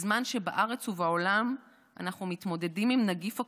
בזמן שבארץ ובעולם אנחנו מתמודדים עם נגיף הקורונה,